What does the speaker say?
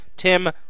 Tim